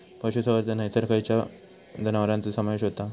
पशुसंवर्धन हैसर खैयच्या जनावरांचो समावेश व्हता?